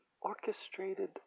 orchestrated